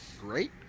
great